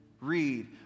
Read